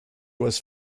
was